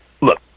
look